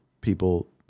people